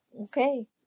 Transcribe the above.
Okay